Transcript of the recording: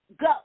go